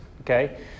Okay